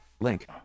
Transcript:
link